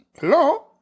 Hello